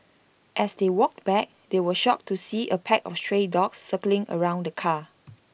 as they walked back they were shocked to see A pack of stray dogs circling around the car